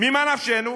ממה נפשנו?